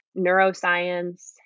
neuroscience